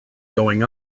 going